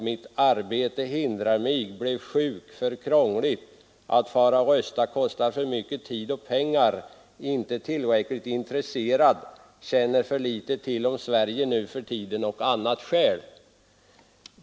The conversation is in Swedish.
Mitt arbete hindrade mig. Blev sjuk. För krångligt. Att fara och rösta kostar för mycket tid och pengar. Inte tillräckligt intresserad. Känner för litet till om Sverige nu för tiden. Annat skäl.